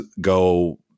go